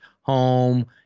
home